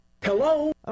Hello